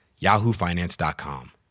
yahoofinance.com